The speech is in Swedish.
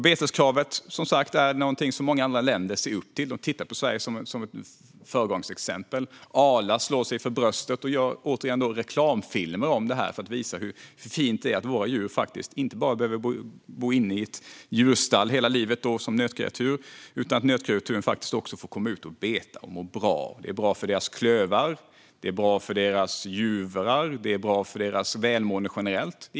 Beteskravet är som sagt något som många andra länder ser upp till. De ser Sverige som ett föregångsexempel. Arla slår sig för bröstet och gör reklamfilmer för att visa hur fint det är att vara djur och inte behöva bo inne i ett djurstall hela livet som nötkreatur, utan att nötkreaturen faktiskt får komma ut och beta och må bra. Det är bra för deras klövar. Det är bra för deras juver. Det är bra för deras välmående generellt.